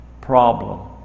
problem